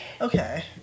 Okay